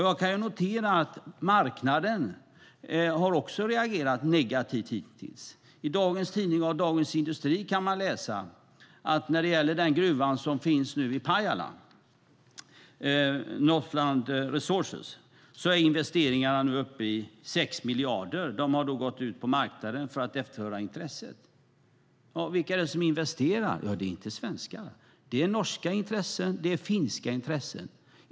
Jag kan notera att marknaden också har reagerat negativt hittills. I Dagens Industri i dag kan man läsa att när det gäller den gruva som finns i Pajala, Northland Resources, är investeringarna nu uppe i 6 miljarder. De har då gått ut på marknaden för att efterhöra intresset. Vilka är det som investerar? Ja, det är inte svenskar. Det är norska intressen och finska intressen.